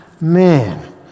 Man